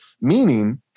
meaning